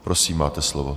Prosím, máte slovo.